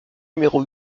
numéro